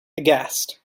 aghast